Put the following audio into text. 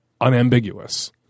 unambiguous